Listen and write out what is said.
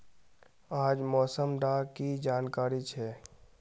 आज मौसम डा की जानकारी छै?